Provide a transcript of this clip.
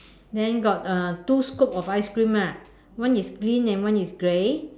then got uh two scoops of ice cream ah one is green and one is grey